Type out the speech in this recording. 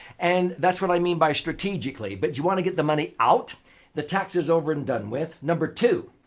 and that's what i mean by strategically. but you want to get the money out the taxes over and done with. number two,